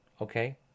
Okay